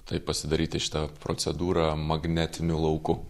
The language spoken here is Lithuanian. tai pasidaryti šitą procedūrą magnetinių laukų